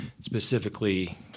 specifically